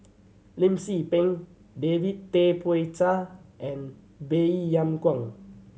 Lim Tze Peng David Tay Poey Cher and Baey Yam Keng